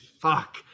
fuck